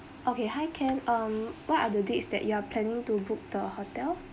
okay hi can um what are the dates that you are planning to book the hotel